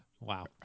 Wow